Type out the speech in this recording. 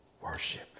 worship